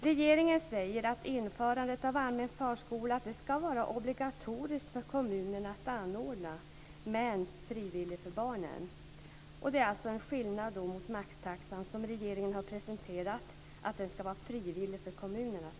Regeringen säger att det ska vara obligatoriskt för kommunerna att anordna allmän förskola men att den ska vara frivillig för barnen. Det är alltså en skillnad mot maxtaxan, som enligt regeringens presentation ska vara frivillig för kommunerna.